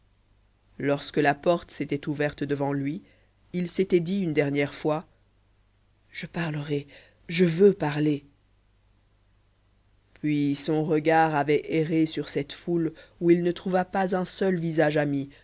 lorsque la porte s'était ouverte devant lui il s'était dit une dernière fois je parlerai je veux parler puis son regard avait erré sur cette foule où il ne trouva pas un seul visage ami